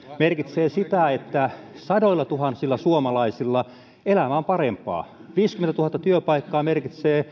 merkitsee sitä että sadoillatuhansilla suomalaisilla elämä on parempaa viisikymmentätuhatta työpaikkaa merkitsee